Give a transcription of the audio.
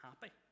happy